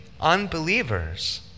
unbelievers